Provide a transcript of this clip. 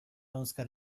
önskar